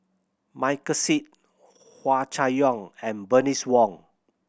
Michael Seet Hua Chai Yong and Bernice Wong